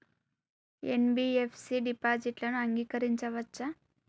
NBFC డిపాజిట్లను అంగీకరించవచ్చా?